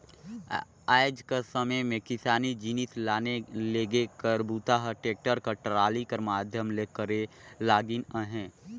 आएज कर समे मे किसानी जिनिस लाने लेगे कर बूता ह टेक्टर कर टराली कर माध्यम ले करे लगिन अहे